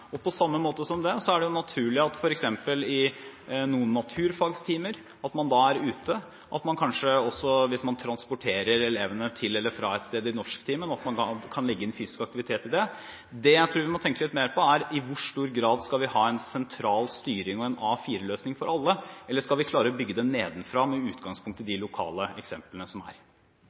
kroppsøvingsundervisningen. På samme måte er det naturlig at man f.eks. i noen naturfagtimer er ute, og at man kanskje også, hvis man transporterer elevene til eller fra et sted i norsktimen, kan legge inn fysisk aktivitet i det faget. Det jeg tror vi må tenke litt mer på, er i hvor stor grad vi skal ha en sentral styring og en A4-løsning for alle, eller om vi skal klare å bygge det nedenfra med utgangspunkt i de lokale eksemplene som er.